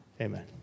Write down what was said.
Amen